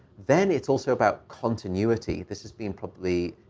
then it's also about continuity. this has been probably,